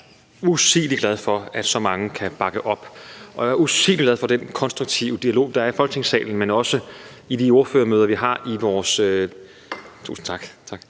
Jeg er usigelig glad for, at så mange kan bakke op, og jeg er usigelig glad for den konstruktive dialog, der er i Folketingssalen og i de ordførermøder, vi har, i vores følgegruppe.